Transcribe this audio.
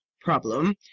problem